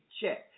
check